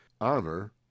honor